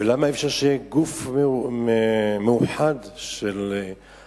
ולמה אי-אפשר שיהיה גוף מאוחד של הממלכתי-דתי,